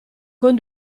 con